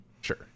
Sure